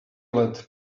let